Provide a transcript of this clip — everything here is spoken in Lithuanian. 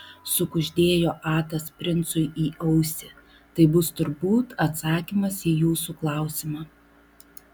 sukuždėjo atas princui į ausį tai bus turbūt atsakymas į jūsų klausimą